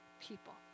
people